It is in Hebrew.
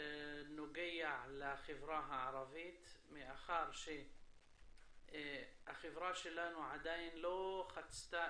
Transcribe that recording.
נוגע לחברה הערבית מאחר שהחברה שלנו עדיין לא חצתה